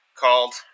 called